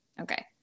Okay